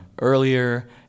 earlier